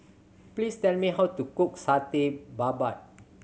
please tell me how to cook Satay Babat